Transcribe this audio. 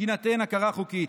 תינתן הכרה חוקית.